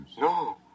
No